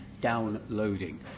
downloading